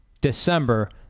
December